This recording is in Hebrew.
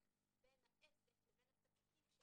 שקיימות על הלקוח,